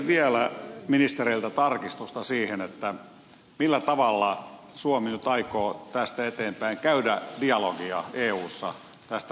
pyytäisin vielä ministereiltä tarkistusta siihen millä tavalla suomi nyt aikoo tästä eteenpäin käydä dialogia eussa tästä romanikysymyksestä